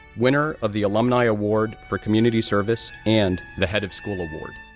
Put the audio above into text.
winner of the alumni award for community service and the head of school award,